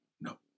no